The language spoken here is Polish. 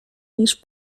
niż